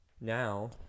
now